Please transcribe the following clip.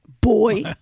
Boy